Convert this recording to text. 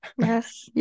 Yes